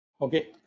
okay